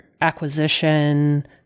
acquisition